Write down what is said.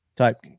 type